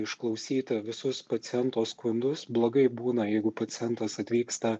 išklausyti visus paciento skundus blogai būna jeigu pacientas atvyksta